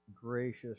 gracious